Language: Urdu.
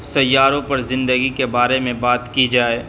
سیاروں پر زندگی کے بارے میں بات کی جائے